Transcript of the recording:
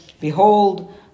Behold